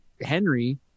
Henry